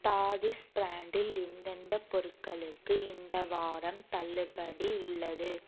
தாதீஸ் ப்ராண்டில் எந்தெந்தப் பொருட்களுக்கு இந்த வாரம் தள்ளுபடி உள்ளது